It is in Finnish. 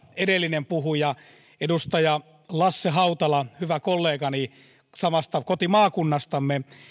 edellinen puhuja edustaja lasse hautala hyvä kollegani samasta kotimaakunnasta